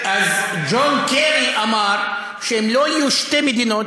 אז ג'ון קרי אמר שאם לא יהיו שתי מדינות,